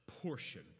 portion